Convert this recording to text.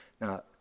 Now